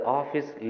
office